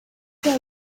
ateye